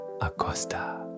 Acosta